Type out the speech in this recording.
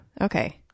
Okay